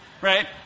right